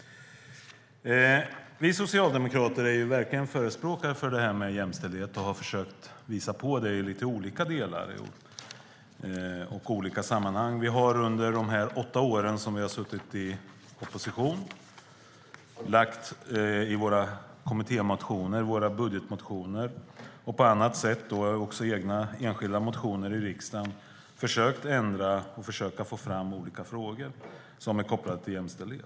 Vi socialdemokrater är verkligen förespråkare för jämställdhet och har försökt visa på det i lite olika delar och i olika sammanhang. Vi har under de åtta år som vi har suttit i opposition i våra kommittémotioner, budgetmotioner och enskilda motioner i riksdagen försökt föra fram olika frågor som är kopplade till jämställdhet.